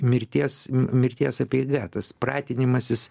mirties mi mirties apeiga tas pratinimasis